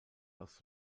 aus